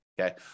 okay